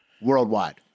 worldwide